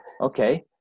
Okay